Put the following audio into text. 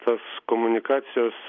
tas komunikacijos